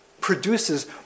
produces